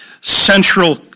central